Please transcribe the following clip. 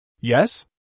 Yes